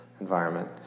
environment